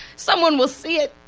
someone will see it!